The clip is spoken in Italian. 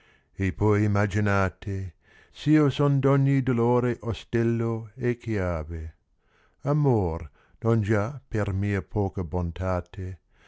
e poi immaginate s io son d ogni dolore ostello e chiate amor non già per mia poca bontate